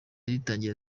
rigitangira